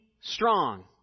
strong